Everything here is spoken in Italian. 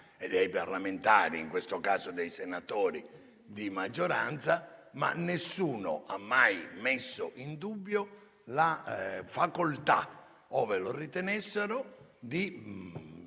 dei parlamentari, in questo caso dei senatori, di maggioranza, ma nessuno ha mai messo in dubbio la facoltà, ove lo ritenessero,